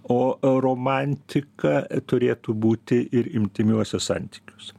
o romantika turėtų būti ir intymiuose santykiuose